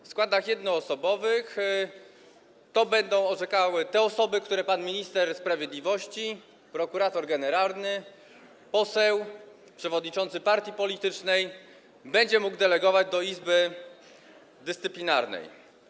W składach jednoosobowych będą orzekały te osoby, które pan minister sprawiedliwości - prokurator generalny, poseł, przewodniczący partii politycznej, będzie mógł delegować do Izby Dyscyplinarnej.